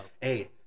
Hey